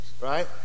Right